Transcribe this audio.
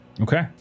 Okay